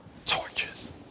Torches